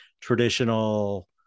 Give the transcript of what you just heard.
traditional